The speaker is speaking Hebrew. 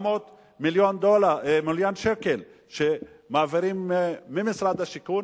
700 מיליון שקל שמעבירים ממשרד השיכון,